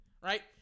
right